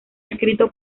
escrito